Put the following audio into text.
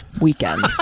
weekend